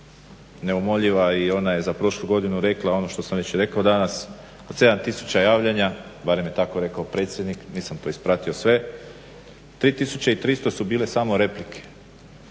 neumoljiva i ona je za prošlu godinu rekla ono što sam već rekao danas, od 7 tisuća javljanja barem je tako rekao predsjednik nisam to ispratio sve, 3300 su bile samo replike.